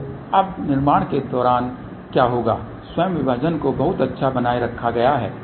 तो अब निर्माण के दौरान क्या होगा स्वयं विभाजन को बहुत अच्छा बनाए रखा गया है